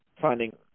finding